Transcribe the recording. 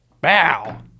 Bow